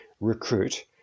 recruit